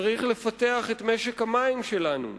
צריך לפתח את משק המים שלנו,